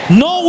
no